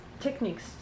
techniques